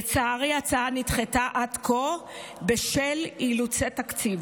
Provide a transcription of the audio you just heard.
לצערי, ההצעה נדחתה עד כה בשל אילוצי תקציב.